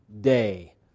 day